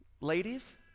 ladies